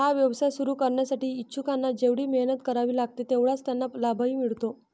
हा व्यवसाय सुरू करण्यासाठी इच्छुकांना जेवढी मेहनत करावी लागते तेवढाच त्यांना लाभही मिळतो